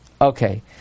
Okay